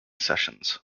sessions